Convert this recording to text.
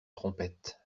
trompette